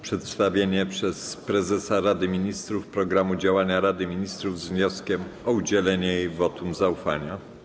Przedstawienie przez prezesa Rady Ministrów programu działania Rady Ministrów z wnioskiem o udzielenie jej wotum zaufania.